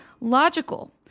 logical